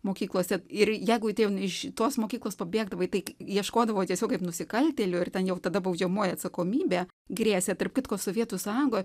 mokyklose ir jeigu tai jau iš šitos mokyklos pabėgdavai tai ieškodavo tiesiog kaip nusikaltėlių ir ten jau tada baudžiamoji atsakomybė grėsė tarp kitko sovietų sąjungoj